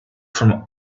from